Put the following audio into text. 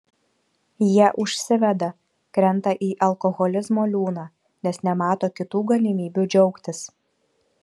jie užsiveda krenta į alkoholizmo liūną nes nemato kitų galimybių džiaugtis